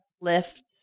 lift